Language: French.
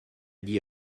dit